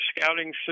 scouting